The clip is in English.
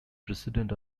president